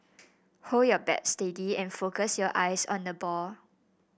hold your bat steady and focus your eyes on the ball